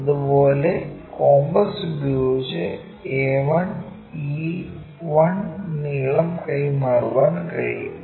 അതുപോലെ കോമ്പസ് ഉപയോഗിച്ച് a1 e1 നീളം കൈമാറാൻ കഴിയും